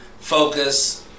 focus